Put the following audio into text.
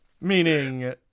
meaning